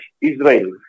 Israel